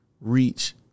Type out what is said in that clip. reach